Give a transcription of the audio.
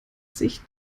sich